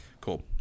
Cool